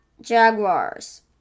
Jaguars